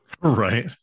Right